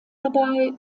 dabei